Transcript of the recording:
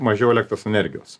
mažiau elektros energijos